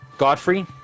Godfrey